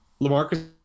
LaMarcus